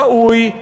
ראוי,